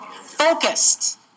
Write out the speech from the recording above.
Focused